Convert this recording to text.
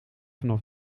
vanaf